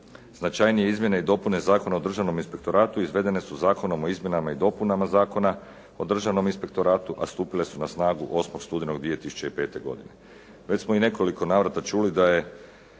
Značajnije izmjene i dopune Zakona o državnom inspektoratu izvedene su zakonom o izmjenama i dopunama Zakona o državnom inspektoratu, a stupile su na snagu 8. studenog 2005. godine. Već smo i u nekoliko navrata čuli da je